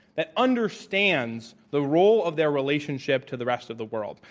that understands the role of their relationship to the rest of the world.